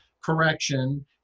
correction